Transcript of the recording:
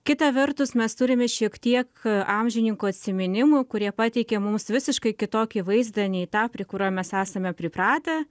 kita vertus mes turime šiek tiek amžininkų atsiminimų kurie pateikė mums visiškai kitokį vaizdą nei tą prie kurio mes esame pripratę